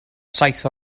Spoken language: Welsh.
saith